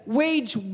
wage